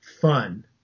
fun